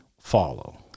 follow